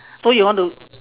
so you want to